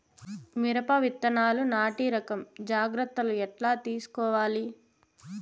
మిరప విత్తనాలు నాటి రకం జాగ్రత్తలు ఎట్లా తీసుకోవాలి?